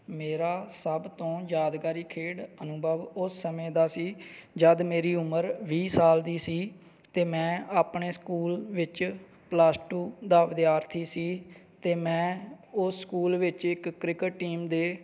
ਮੇਰਾ ਸਭ ਤੋਂ ਯਾਦਗਾਰੀ ਖੇਡ ਅਨੁਭਵ ਉਸ ਸਮੇਂ ਦਾ ਸੀ ਜਦੋਂ ਮੇਰੀ ਉਮਰ ਵੀਹ ਸਾਲ ਦੀ ਸੀ ਅਤੇ ਮੈਂ ਆਪਣੇ ਸਕੂਲ ਵਿੱਚ ਪਲਸ ਟੂ ਦਾ ਵਿਦਿਆਰਥੀ ਸੀ ਅਤੇ ਮੈਂ ਉਸ ਸਕੂਲ ਵਿੱਚ ਇੱਕ ਕ੍ਰਿਕਟ ਟੀਮ ਦੇ